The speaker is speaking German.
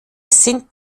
sind